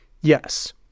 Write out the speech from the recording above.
Yes